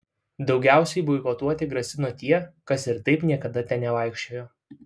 daugiausiai boikotuoti grasino tie kas ir taip niekada ten nevaikščiojo